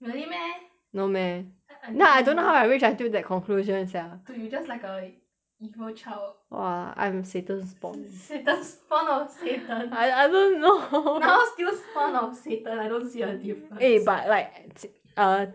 really meh no meh then I don't know how I reach until that conclusion sia dude you just like a a evil child !wah! I'm satan's form satan's fo~ form of satan I don't know now still form of satan I don't see a difference eh but like err